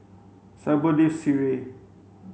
Syble lives Sireh